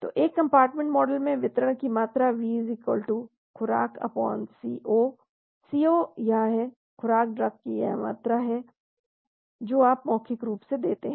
• Volume of distribution V DOSE Co • Plasma clearance Cl Ke V • plasma half life t12 directly from graph or t12 0693 Ke ∙ Bioavailability o iv तो एक compartment model में वितरण की मात्रा V खुराक C0 C0 यह है खुराक ड्रग की वह मात्रा है जो आप मौखिक रूप से देते हैं